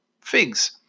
figs